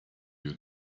you